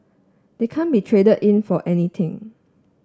they can't be traded in for anything